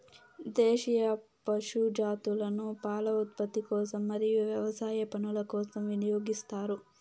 దేశీయ పశు జాతులను పాల ఉత్పత్తి కోసం మరియు వ్యవసాయ పనుల కోసం వినియోగిస్తారు